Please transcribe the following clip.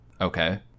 Okay